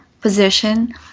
position